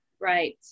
Right